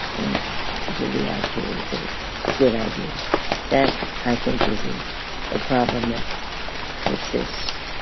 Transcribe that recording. and people react to it. it's a good idea that i think is ah a problem that persists.